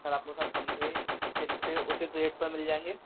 sir आपको सब पंखे उचित से उचित रेट पर मिल जाएंगे